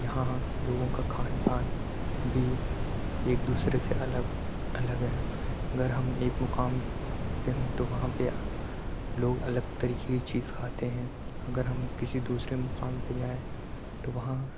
یہاں لوگوں کا کھانا پان بھی ایک دوسرے سے الگ الگ ہے اگر ہم ایک مقام پہ ہوں تو وہاں پہ لوگ الگ طرح کی چیز کھاتے ہیں اگر ہم کسی دوسرے مقام پہ جائیں تو وہاں